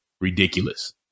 ridiculous